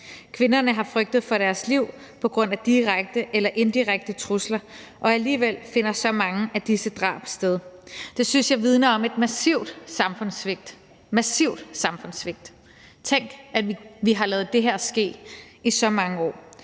Kvinderne har frygtet for deres liv på grund af direkte eller indirekte trusler, og alligevel finder så mange af disse drab sted. Det synes jeg vidner om et massivt samfundssvigt. Tænk, at vi har ladet det her ske i så mange år.